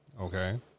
Okay